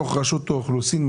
הם בעצם המוחלשים.